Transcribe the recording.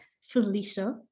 Felicia